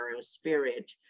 spirit